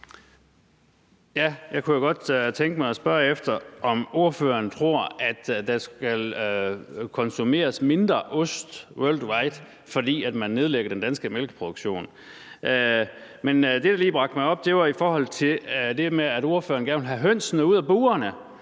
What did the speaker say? Jeg kunne godt tænke mig at spørge, om ordføreren tror, at der vil blive konsumeret mindre ost worldwide, fordi man nedlægger den danske mælkeproduktion. Men det, der lige fik mig til at reagere, var, at ordføreren gerne vil have hønsene ud af burene.